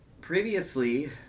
Previously